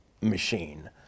machine